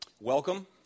Welcome